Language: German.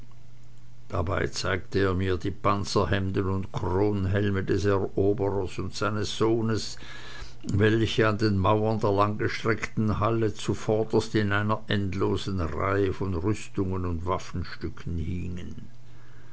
dabei zeigte er mir die panzerhemden und kronhelme des eroberers und seines sohnes welche an den mauern der langgestreckten halle zuvorderst in einer endlosen reihe von rüstungen und waffenstücken hingen